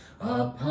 up